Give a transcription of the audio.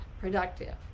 productive